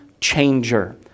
changer